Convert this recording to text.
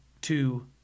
two